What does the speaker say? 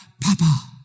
Papa